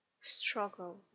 struggle